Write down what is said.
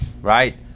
Right